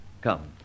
Come